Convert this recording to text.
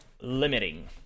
limiting